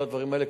כל הדברים האלה,